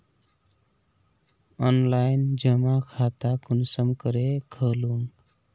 Online जमा खाता कुंसम करे खोलूम?